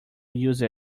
use